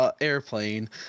airplane